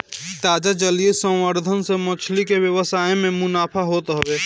ताजा जलीय संवर्धन से मछरी के व्यवसाय में मुनाफा होत हवे